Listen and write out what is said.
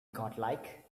godlike